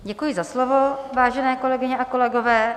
Děkuji za slovo, vážené kolegyně a kolegové.